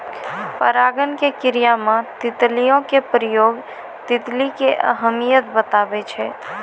परागण के क्रिया मे तितलियो के प्रयोग तितली के अहमियत बताबै छै